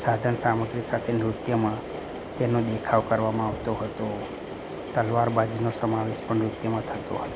સાધનસામગ્રી સાથે નૃત્યમાં તેનો દેખાવ કરવામાં આવતો હતો તલવારબાજીનો સમાવેશ પણ નૃત્યમાં થતો હતો